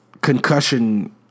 concussion